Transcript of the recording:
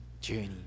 journey